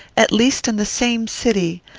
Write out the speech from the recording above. at least, in the same city.